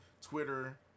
Twitter